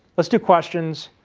let's do questions